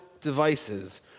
devices